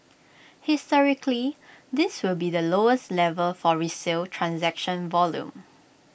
historically this will be the lowest level for resale transaction volume